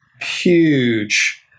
huge